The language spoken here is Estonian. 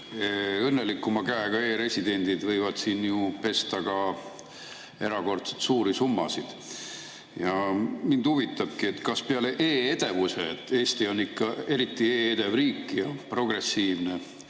Õnnelikuma käega e-residendid võivad siin pesta erakordselt suuri summasid. Mind huvitabki, et kas peale e-edevuse – et Eesti on ikka eriti e-edev riik ja progressiivne